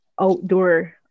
outdoor